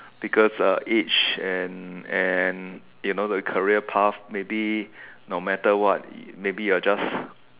because uh age and and you know the career path maybe no matter what maybe you're just